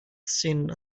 szenen